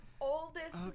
oldest